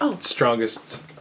strongest